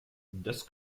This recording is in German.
das